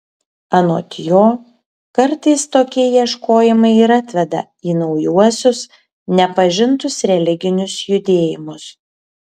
anot jo kartais tokie ieškojimai ir atveda į naujuosius nepažintus religinius judėjimus